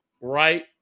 right